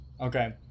Okay